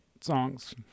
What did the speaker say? songs